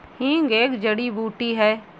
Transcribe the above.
हींग एक जड़ी बूटी है